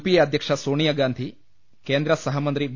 PA അധ്യക്ഷ സോണിയാ ഗാന്ധി കേന്ദ്ര സഹമന്ത്രി വി